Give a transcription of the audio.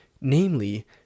Namely